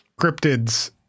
cryptids